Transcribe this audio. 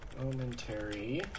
momentary